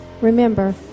Remember